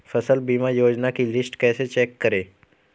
फसल बीमा योजना की लिस्ट कैसे चेक करें?